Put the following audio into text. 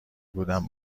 بودم